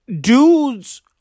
dudes